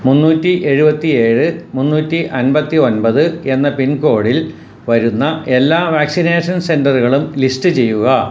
മുന്നൂറ്റി എഴുപത്തി ഏഴ് മുന്നൂറ്റി അമ്പത്തി ഒമ്പത് എന്ന പിൻകോഡിൽ വരുന്ന എല്ലാ വാക്സിനേഷൻ സെന്ററുകളും ലിസ്റ്റ് ചെയ്യുക